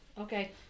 Okay